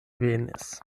venis